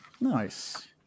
Nice